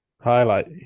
Highlight